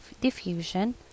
diffusion